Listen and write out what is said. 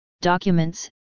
documents